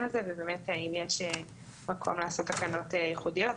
הזה ובאמת אם יש מקום לעשות תקנות ייחודיות.